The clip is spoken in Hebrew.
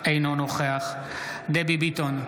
אינו נוכח דבי ביטון,